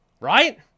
right